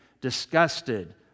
disgusted